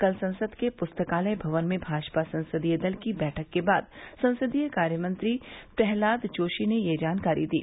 कल संसद के पुस्तकालय भवन में भाजपा संसदीय दल की बैठक के बाद संसदीय कार्य मंत्री प्रहलाद जोशी ने ये जानकारी दी